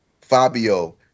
Fabio